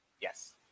Yes